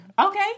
Okay